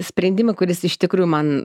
sprendimą kuris iš tikrųjų man